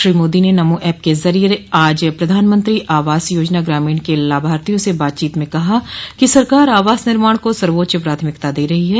श्री मोदी ने नमो एप के जरिये आज प्रधानमंत्री आवास योजना ग्रामीण के लाभार्थियों से बातचीत में कहा कि सरकार आवास निर्माण को सर्वोच्च प्राथमिकता दे रही है